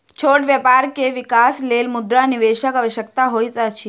छोट व्यापार के विकासक लेल मुद्रा निवेशकक आवश्यकता होइत अछि